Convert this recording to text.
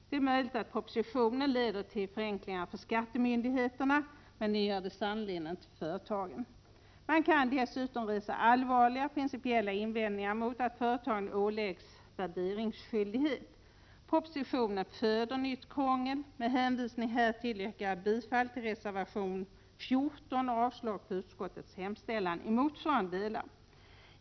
Det är möjligt att propositionen leder till förenklingar för skattemyndigheterna, men den gör det sannerligen inte för företagen. Man kan dessutom resa allvarliga principiella invändningar mot att företagen åläggs värderingsskyldighet. Propositionen föder nytt krångel. Med hänvisning härtill yrkar jag bifall till reservation 14 och avslag på utskottets hemställan i motsvarande delar.